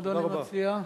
מה אדוני מציע?